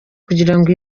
kugirango